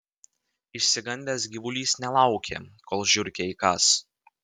išsigandęs gyvulys nelaukė kol žiurkė įkąs